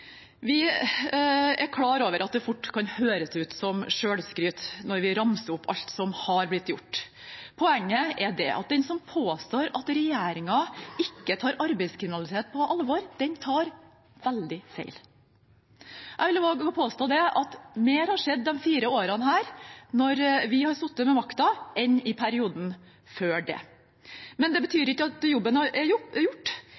Vi er klar over at det fort kan høres ut som selvskryt når vi ramser opp alt som har blitt gjort. Poenget er at den som påstår at regjeringen ikke tar arbeidslivskriminalitet på alvor, tar veldig feil. Jeg vil våge å påstå at mer har skjedd de fire årene vi har sittet med makten, enn i perioden før det. Men det betyr ikke at jobben er gjort.